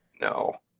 no